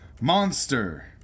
MONSTER